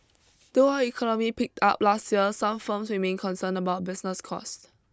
though our economy picked up last year some firms remain concerned about business cost